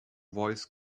voice